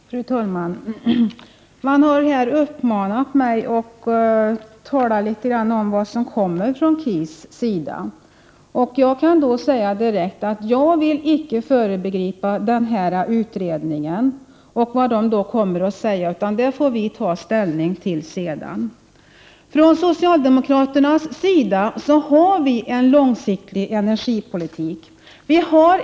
Fru talman! Man har här uppmanat mig att säga något om de förslag som skall komma från KIS. Jag kan direkt säga att jag icke vill föregripa utredningen och dess förslag, utan det får vi sedan ta ställning till. Vi har från socialdemokraternas sida en långsiktig energipolitik.